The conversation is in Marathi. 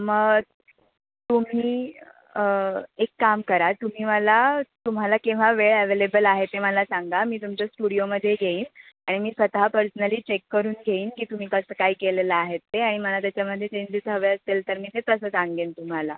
म तुम्ही एक काम करा तुम्ही मला तुम्हाला केव्हा वेळ ॲवेलेबल आहे ते मला सांगा मी तुमच्या स्टुडिओमध्ये येईन आणि मी स्वतः पर्सनली चेक करून घेईन की तुम्ही कसं काय केलेलं आहे ते आणि मला त्याच्यामध्ये चेंजेस हवे असेल तर मी ते तसं सांगेन तुम्हाला